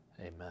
Amen